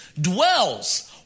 dwells